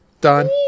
Done